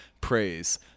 praise